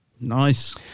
nice